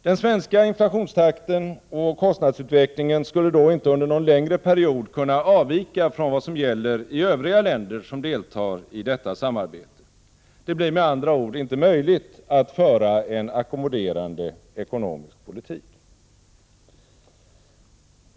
Den svenska inflationstakten och kostnadsutvecklingen skulle då inte under någon längre period kunna avvika från vad som gäller i övriga länder som deltar i detta samarbete. Det blir med andra ord inte möjligt att föra en ackommoderande ekonomisk politik.